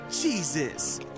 Jesus